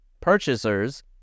purchasers